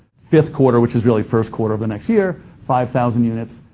fifth quarter, which is really first quarter of the next year, five thousand units,